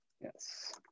Yes